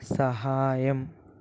సహాయం